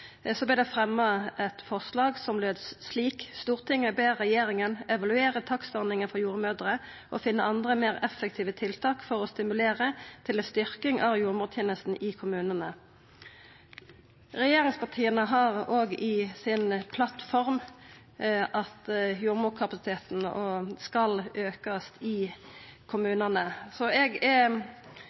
det fremma eit forslag som lét slik: «Stortinget ber regjeringen evaluere takstordningen for jordmødre og finne andre mer effektive tiltak for å stimulere til en styrking av jordmortjenesten i kommunene.» Regjeringspartia har òg i plattforma si at jordmorkapasiteten skal aukast i kommunane, så eg er